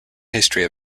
history